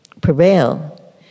prevail